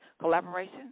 collaboration